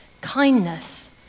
kindness